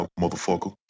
Motherfucker